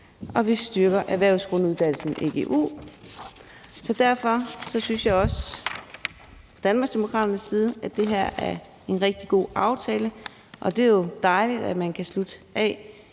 og vi styrker erhvervsgrunduddannelsen, egu. Derfor synes vi fra Danmarksdemokraternes side også, at det her er en rigtig god aftale. Det er jo dejligt, at man kan slutte af